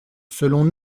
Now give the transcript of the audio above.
selon